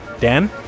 Dan